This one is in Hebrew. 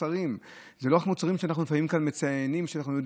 אנחנו נמצאים גם עכשיו כבר בהתפרצות ובשיא